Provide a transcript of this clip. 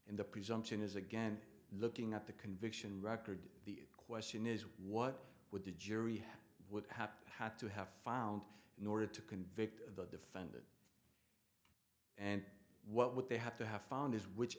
in the presumption is again looking at the conviction record the question is what would the jury would happen had to have found in order to convict the defendant and what what they have to have found is which